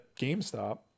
GameStop